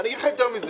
אני אומר לך יותר מזה.